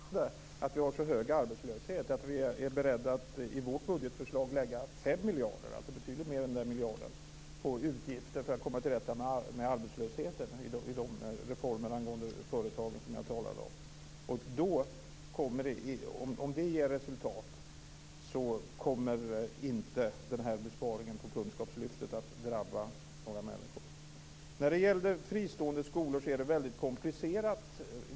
Fru talman! Folkpartiet tycker att det är så skrämmande att vi har en sådan hög arbetslöshet att vi i vårt budgetförslag är beredda att lägga 5 miljarder, alltså betydligt mer än den miljard Kalle Larsson talar om, på utgifter för att komma till rätta med arbetslösheten genom de reformer för företagen som jag talade om. Om det ger resultat kommer inte den här besparingen på kunskapslyftet att drabba några människor. När det gäller fristående skolor är det väldigt komplicerat.